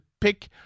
pick